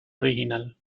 original